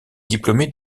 diplômée